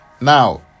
Now